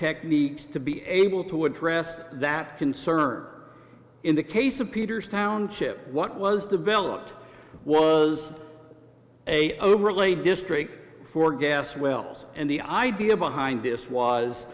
techniques to be able to address that concern or in the case of peters township what was developed was a overlay district for gas wells and the idea behind this was